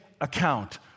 account